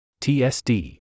TSD